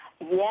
Yes